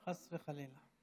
חס וחלילה.